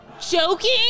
joking